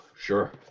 sure